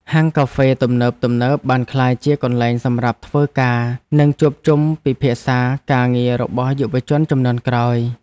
ហាងកាហ្វេទំនើបៗបានក្លាយជាកន្លែងសម្រាប់ធ្វើការ និងជួបជុំពិភាក្សាការងាររបស់យុវជនជំនាន់ក្រោយ។